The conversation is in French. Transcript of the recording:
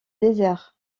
désert